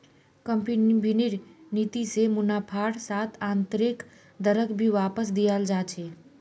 कम्पनिर भीति से मुनाफार साथ आन्तरैक दरक भी वापस दियाल जा छे